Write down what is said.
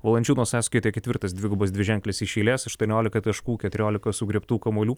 valančiūno sąskaitoje ketvirtas dvigubas dviženklis iš eilės aštuoniolika taškų keturiolika sugriebtų kamuolių